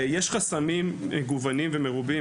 יש חסמים מגוונים ומרובים,